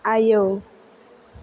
आयौ